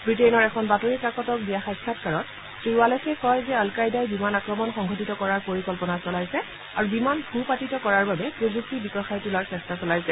বুটেইনৰ এখন বাতৰি কাকতক দিয়া সাক্ষাৎকাৰত শ্ৰী ৱালেছে কয় যে অল কায়দাই বিমান আক্ৰমণ সংঘটিত কৰাৰ পৰিকল্পনা চলাইছে আৰু বিমান ভূপাতিত কৰাৰ বাবে প্ৰযুক্তি বিকশাই তোলাৰ চেষ্টা চলাইছে